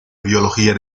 biología